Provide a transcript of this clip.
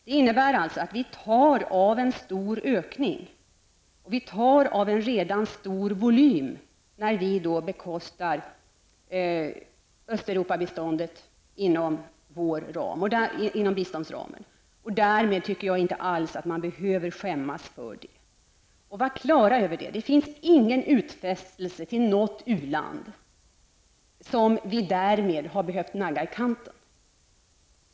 Detta innebär att vi tar av en stor ökning och en redan stor volym när vi bekostar Östeuropabiståndet inom biståndsramen. Därmed tycker jag att man inte behöver skämmas för detta. Det finns ingen utfästelse till något u-land som vi därmed behövt nagga i kanten.